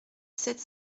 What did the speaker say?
sept